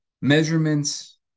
measurements